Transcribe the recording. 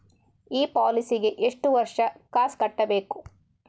ಈ ಪಾಲಿಸಿಗೆ ಎಷ್ಟು ವರ್ಷ ಕಾಸ್ ಕಟ್ಟಬೇಕು?